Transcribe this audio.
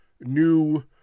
new